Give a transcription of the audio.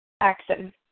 Action